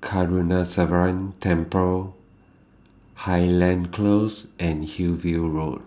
Karuneshvarar Temple Highland Close and Hillview Road